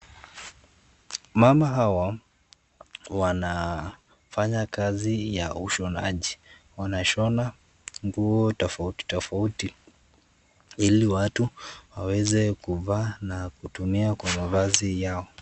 Wamama hawa wanafanya kazi ya ushonaji. Wanashona nguo tofauti tofauti ili watu waweze kuvaa na kutumia kwa mavazi yao.